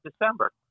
december